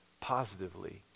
Positively